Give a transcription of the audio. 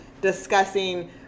discussing